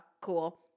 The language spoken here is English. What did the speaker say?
cool